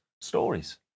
stories